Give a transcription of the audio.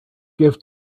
give